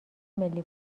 ملی